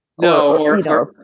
No